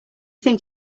think